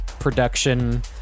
production